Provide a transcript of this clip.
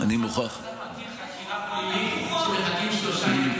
השר מכיר חקירה פלילית שמחכים בה שלושה ימים?